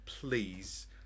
please